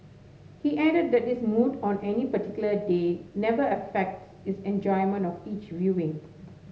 he added that his mood on any particular day never affects his enjoyment of each viewing